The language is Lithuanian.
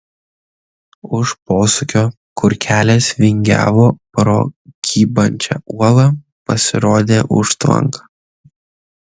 už posūkio kur kelias vingiavo pro kybančią uolą pasirodė užtvanka